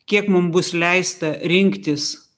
kiek mum bus leista rinktis